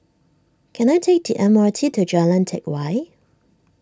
can I take the M R T to Jalan Teck Whye